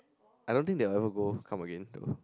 I don't think they will ever go come again though